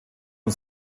und